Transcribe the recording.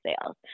sales